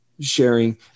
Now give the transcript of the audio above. sharing